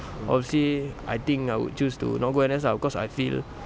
I'd say I think I would choose to not go N_S lah because I feel